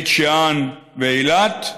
בית שאן ואילת,